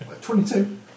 Twenty-two